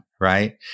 Right